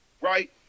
Right